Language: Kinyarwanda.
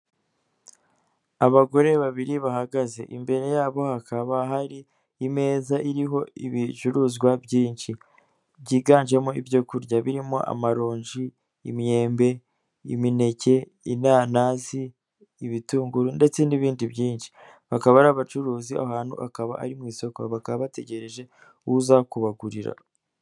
Abagore babiri bahagaze imbere yabo hakaba hari imeza iriho ibicuruzwa byinshi, byiganjemo ibyo kurya birimo amaronji, imyembe, imineke, inanasi, ibitunguru, ndetse n'ibindi byinshi. Bakaba ari abacuruzi, ahantu akaba ari mu isoko bakaba bategereje uza kubagurira.